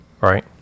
right